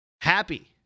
happy